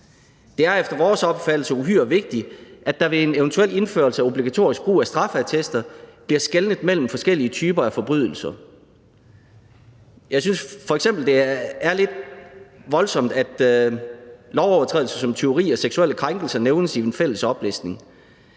Det er efter vores opfattelse uhyre vigtigt, at der ved en eventuel indførelse af obligatorisk brug af straffeattester bliver skelnet mellem forskellige typer af forbrydelser. Jeg synes f.eks., det er lidt voldsomt, at lovovertrædelser som tyveri og seksuelle krænkelser nævnes i den fælles oplistning.